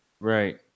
Right